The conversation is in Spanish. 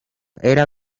era